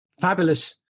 fabulous